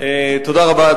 תודה רבה.